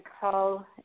call